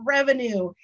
Revenue